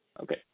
okay